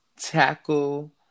tackle